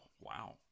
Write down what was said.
wow